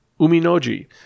Uminoji